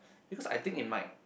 because I think it might